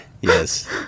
Yes